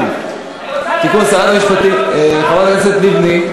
שרת המשפטים חברת הכנסת לבני,